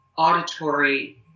auditory